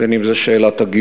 בין אם זה שאלת הגיור,